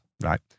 right